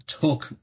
took